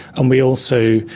and we also,